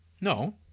No